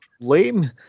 Lame